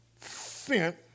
sent